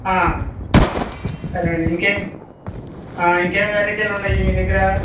సరే అండి ఇంకేం ఇంకేం వెరైటీలు ఉన్నాయి మీ దగ్గర